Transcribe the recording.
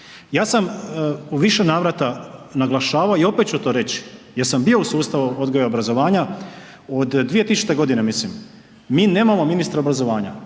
Ja sam u više navrata naglašavao i opet ću to reći jer sam bio u sustavu odgoja i obrazovanja od 2000. godine mislim, mi nemamo ministra obrazovanja,